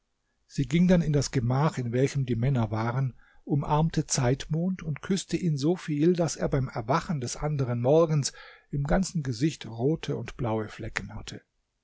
sie ging dann in das gemach in welchem die männer waren umarmte zeitmond und küßte ihn so viel daß er beim erwachen des anderen morgens im ganzen gesicht rote und blaue flecken hatte